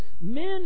men